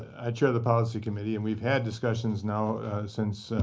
i chair the policy committee, and we've had discussions now since